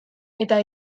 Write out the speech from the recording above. eta